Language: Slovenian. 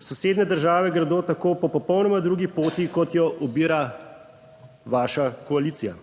Sosednje države gredo tako po popolnoma drugi poti, kot jo ubira vaša koalicija.